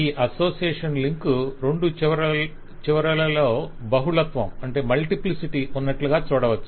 ఈ association link రెండు చివరలలో బహుళత్వం ఉన్నట్లుగా చూడవచ్చు